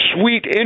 sweet